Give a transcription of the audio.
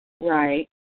right